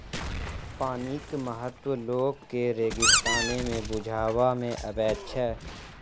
पानिक महत्व लोक के रेगिस्ताने मे बुझबा मे अबैत छै